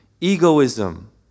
egoism